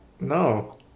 No